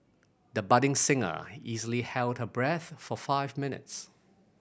the budding singer easily held her breath for five minutes